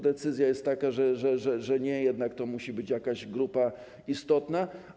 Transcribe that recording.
Decyzja jest taka, że nie, jednak to musi być jakaś grupa istotna.